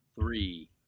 three